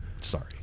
sorry